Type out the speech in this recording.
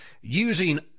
using